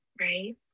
right